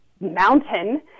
mountain